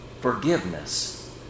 Forgiveness